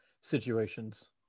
situations